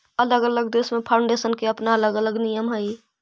अलग अलग देश में फाउंडेशन के अपना अलग अलग नियम हई